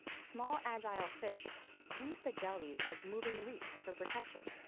small agile fish use the jellies as moving reefs for protection,